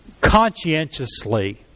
conscientiously